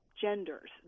genders